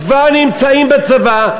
כבר נמצאים בצבא.